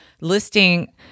listing